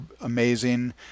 amazing